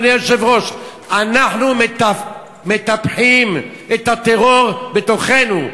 אדוני היושב-ראש: אנחנו מטפחים את הטרור בתוכנו,